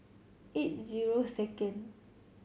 eight zero second